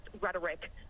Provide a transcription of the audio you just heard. rhetoric